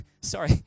Sorry